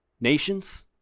nations